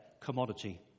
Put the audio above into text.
commodity